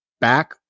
back